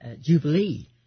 Jubilee